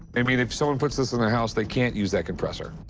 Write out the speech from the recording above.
i mean, if someone puts this in the house, they can't use that compressor.